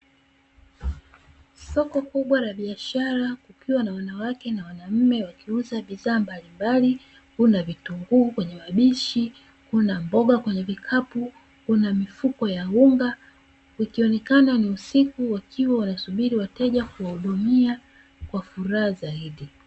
Soko kubwa la biashara kukiwa na wanawake na wanaume wakiuza bidhaa mbalimbali kuna vitunguu kwenye madishi, kuna mboga kwenye vikapu, kuna mifuko ya unga, kukionekana ni usiku wakionekana kusubiri wateja kuwahudumia kwa furaha zaidi.